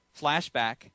flashback